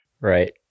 Right